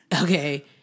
okay